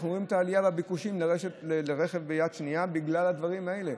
אנחנו רואים את העלייה בביקושים לרכב יד שנייה בגלל הדברים האלה.